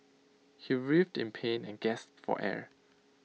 he writhed in pain and gasped for air